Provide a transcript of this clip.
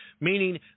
meaning